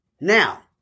Now